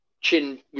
chin